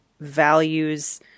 values